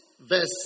verse